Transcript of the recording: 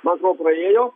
man atrodo praėjo